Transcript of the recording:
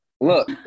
look